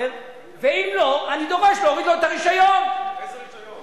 עד 17:00. עד 17:00. מה זה עד 17:00?